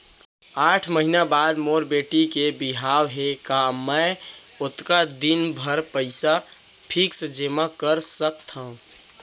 आठ महीना बाद मोर बेटी के बिहाव हे का मैं ओतका दिन भर पइसा फिक्स जेमा कर सकथव?